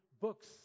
books